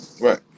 Right